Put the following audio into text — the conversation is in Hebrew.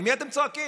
על מי אתם צועקים?